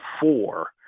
four